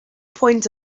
point